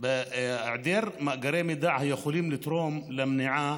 בהיעדר מאגרי מידע היכולים לתרום למניעה,